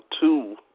two